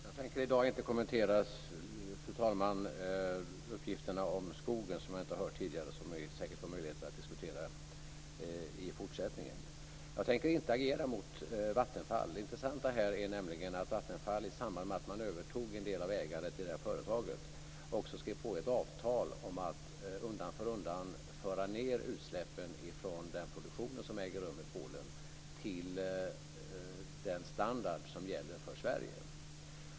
Fru talman! Jag tänker inte i dag kommentera uppgifterna om skogen som jag inte hört tidigare och som vi säkert får möjlighet att diskutera i fortsättningen. Jag tänker inte agera mot Vattenfall. Det intressanta här är nämligen att Vattenfall i samband med att man övertog en del av ägandet i företaget också skrev på ett avtal om att undan för undan föra ned utsläppen från den produktion som äger rum i Polen till den standard som gäller för Sverige.